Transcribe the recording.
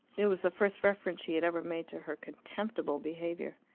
it was the first reference she had ever made to her contemptible behaviour.